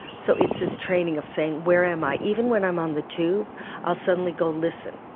so it's this training of saying where am i even when i'm on the tube i'll suddenly go listen,